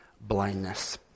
blindness